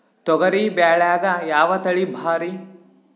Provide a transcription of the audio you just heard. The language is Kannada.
ತೊಗರಿ ಬ್ಯಾಳ್ಯಾಗ ಯಾವ ತಳಿ ಭಾರಿ?